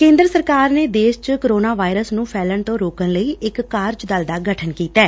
ਕੇਂਦਰ ਸਰਕਾਰ ਨੇ ਦੇਸ਼ ਚ ਕੋਰੋਨਾ ਵਾਇਰਸ ਨੇ ਫੈਲਣ ਤੋਂ ਰੋਕਣ ਲਈ ਇਕ ਕਾਰਜ ਦਲ ਦਾ ਗਠਨ ਕੀਤੈ